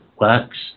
works